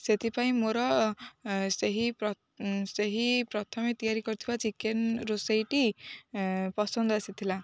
ସେଥିପାଇଁ ମୋର ସେହି ସେହି ପ୍ରଥମେ ତିଆରି କରିଥିବା ଚିକେନ ରୋଷେଇଟି ପସନ୍ଦ ଆସିଥିଲା